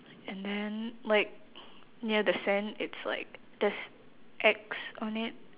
and then like near the sand it's like there's X on it